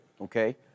Okay